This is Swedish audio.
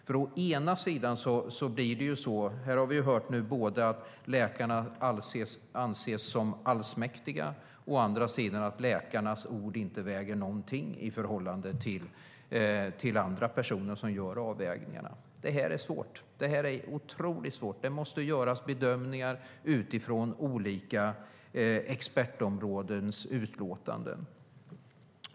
Här har vi å ena sidan hört att läkarna anses vara allsmäktiga, å andra sidan att läkarnas ord inte väger någonting i förhållande till andra personer som gör avvägningarna. Detta är svårt, oerhört svårt. Det måste göras bedömningar med utgångspunkt i olika experters utlåtanden.